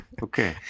Okay